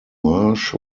marsh